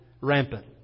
rampant